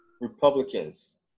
Republicans